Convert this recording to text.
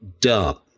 dumb